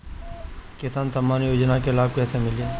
किसान सम्मान योजना के लाभ कैसे मिली?